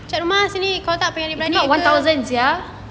kimak one thousand sia